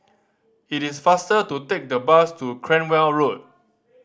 it is faster to take the bus to Cranwell Road